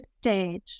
stage